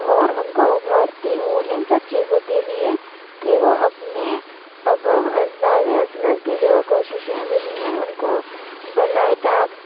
اور ان کو ابھارتی ہوں ان سب چیزوں کے لیے کہ وہ اپنے آبا و اجداد یا اسلاف كی جو کوششیں رہی ہیں ان کو بالائے طاق